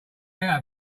out